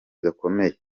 gakomeye